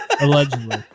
Allegedly